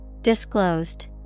Disclosed